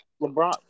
LeBron